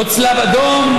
לא צלב אדום,